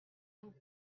vous